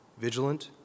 vigilant